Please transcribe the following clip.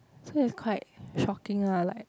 so is quite shocking ah like